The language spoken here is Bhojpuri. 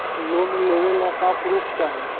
लोन लेवे ला का पुर्फ चाही?